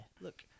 look